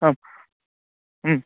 आम्